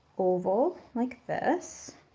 oval, like this.